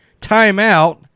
timeout